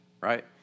right